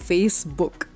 Facebook